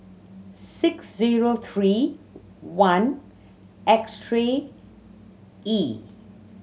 six zero three one X three E